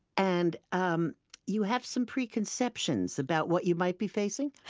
and um you have some preconceptions about what you might be facing?